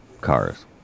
cars